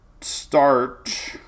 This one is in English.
start